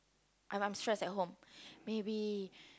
I'm I'm stress at home maybe